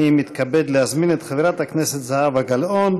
אני מתכבד להזמין את חברת הכנסת זהבה גלאון.